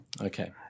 Okay